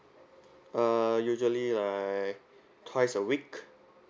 uh usually like twice a week